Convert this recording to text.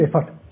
effort